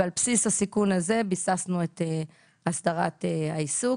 ועל בסיס הסיכום הזה ביססנו את אסדרת העיסוק.